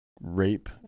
rape